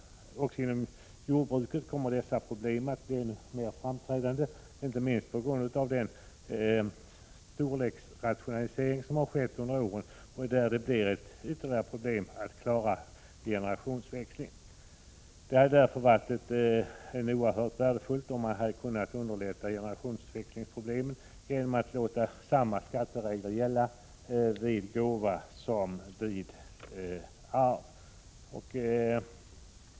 Också inom jordbruket kommer dessa problem att bli ännu mer framträdande än nu — inte minst på grund av den storleksrationalisering som har skett under åren. Också där kommer det att bli problem att klara generationsväxlingar. Det hade således varit oerhört värdefullt om det hade varit möjligt att underlätta generationsväxlingar genom att låta samma skatteregler gälla vid gåva som vid arv.